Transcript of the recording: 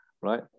right